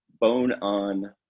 Bone-On